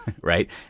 Right